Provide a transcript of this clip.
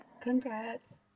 congrats